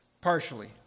partially